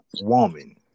woman